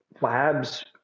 labs